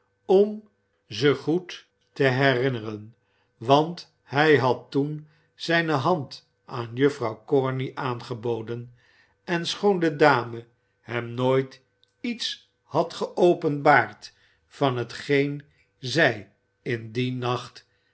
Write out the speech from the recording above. om ze zich goed te herinneren want hij had toen zijne hand aan juffrouw corney aangeboden en schoon de dame hem nooit iets had geopenbaard van hetgeen zij in dien nacht